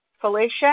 Felicia